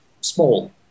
small